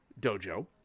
dojo